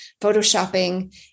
Photoshopping